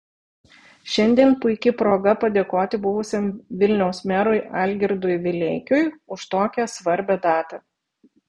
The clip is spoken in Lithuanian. šiandien puiki proga padėkoti buvusiam vilniaus merui algirdui vileikiui už tokią svarbią datą